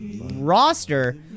roster